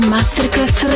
Masterclass